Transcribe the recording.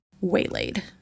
waylaid